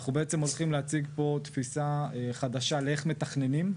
אנחנו בעצם הולכים להציג פה תפיסה חדשה לאיך מתכננים,